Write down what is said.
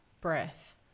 breath